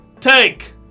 take